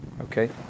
Okay